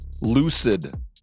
lucid